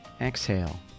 Exhale